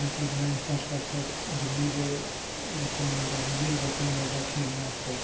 infrastructure Delhi दे बच्चें गी मिलदा दिल्ली दे लोकें गी मिलदा खेलने आस्तै